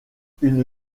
une